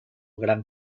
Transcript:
gran